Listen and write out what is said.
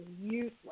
useless